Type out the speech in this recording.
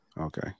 Okay